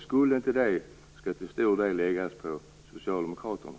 Ska inte det ansvaret till stor del läggas på Socialdemokraterna?